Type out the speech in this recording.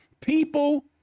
People